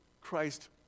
Christ